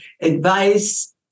advice